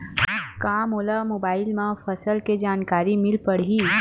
का मोला मोबाइल म फसल के जानकारी मिल पढ़ही?